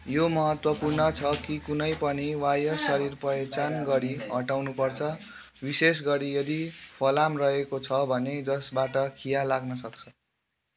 यो महत्त्वपुर्ण छ कि कुनै पनि वाह्य शरीर पहिचान गरी हटाउनु पर्छ विशेष गरी यदि फलाम रहेको छ भने जसबाट खिया लाग्न सक्छ